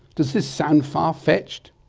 does this sound far fetched?